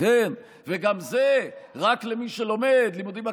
ורק ללימודים באוניברסיטה.